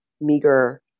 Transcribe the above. meager